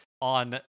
on